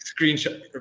screenshot